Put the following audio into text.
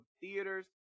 theaters